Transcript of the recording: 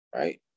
right